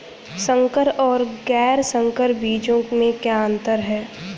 संकर और गैर संकर बीजों में क्या अंतर है?